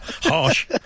Harsh